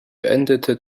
beendete